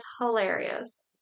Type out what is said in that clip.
hilarious